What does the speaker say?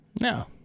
No